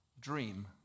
dream